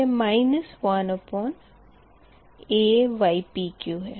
यह 1aypq है